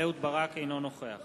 אינו נוכח